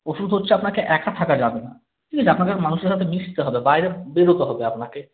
ওষুধ হচ্ছে আপনাকে একা থাকা যাবে না ঠিক আছে আপনাকে মানুষের সাথে মিশতে হবে বাইরে বেরতে হবে আপনাকে